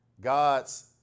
God's